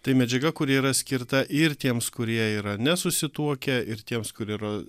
tai medžiaga kuri yra skirta ir tiems kurie yra nesusituokę ir tiems kurie yra